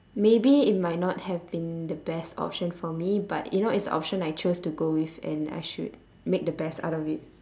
maybe it might not have been the best option for me but you know it's the option I chose to go with and I should make the best out of it